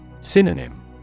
Synonym